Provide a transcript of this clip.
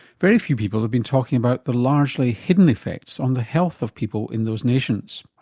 very few people have been talking about the largely hidden effects on the health of people in those nations.